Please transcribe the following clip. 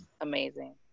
amazing